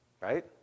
Right